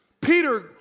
Peter